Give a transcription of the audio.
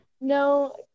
No